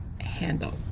handle